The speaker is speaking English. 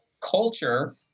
culture